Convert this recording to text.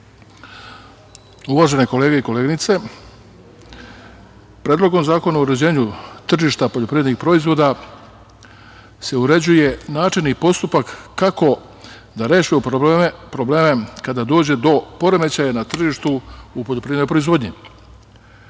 kolege i koleginice, Predlogom zakona o uređenju tržišta poljoprivrednih proizvoda se uređuje način i postupak kako da rešimo probleme kada dođe do poremećaja na tržištu u poljoprivrednoj proizvodnji. Naravno,